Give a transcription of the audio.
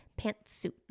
pantsuit